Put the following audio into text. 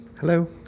hello